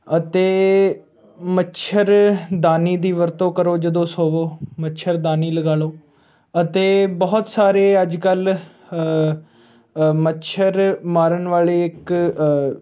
ਅਤੇ ਮੱਛਰਦਾਨੀ ਦੀ ਵਰਤੋਂ ਕਰੋ ਜਦੋਂ ਸੋਵੋ ਮੱਛਰਦਾਨੀ ਲਗਾ ਲਓ ਅਤੇ ਬਹੁਤ ਸਾਰੇ ਅੱਜ ਕੱਲ੍ਹ ਮੱਛਰ ਮਾਰਨ ਵਾਲੀ ਇੱਕ